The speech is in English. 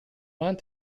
want